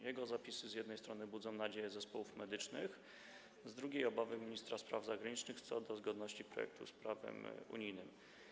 Jego zapisy z jednej strony budzą nadzieje zespołów medycznych, z drugiej - obawy ministra spraw zagranicznych co do zgodności projektu z prawem unijnym.